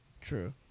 True